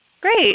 Great